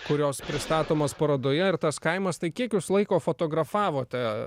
kurios pristatomos parodoje ir tas kaimas tai kiek jūs laiko fotografavote